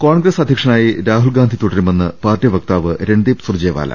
കോൺഗ്രസ് അധ്യക്ഷനായി രാഹുൽഗാന്ധി തുടരുമെന്ന് പാർട്ടി വക്താവ് രൺദീപ് സുർജേവാല